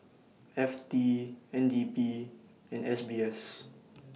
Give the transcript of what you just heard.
F T N D P and S B S